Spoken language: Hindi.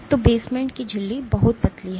तो बेसमेंट की झिल्ली बहुत पतली है